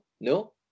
no